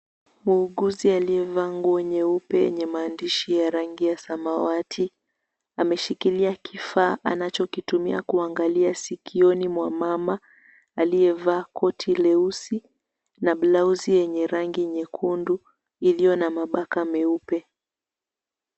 Muuguzi aliyevaa nguo nyeupe yenye maandishi ya rangi ya samawati, ameshikilia kifaa anachokitumia kuangalia sikioni mwa mama aliyevaa koti leusi na blouse yenye rangi nyekundu iliyo na mabaka meupe.